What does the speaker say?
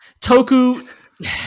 Toku